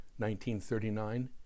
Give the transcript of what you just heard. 1939